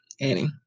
Annie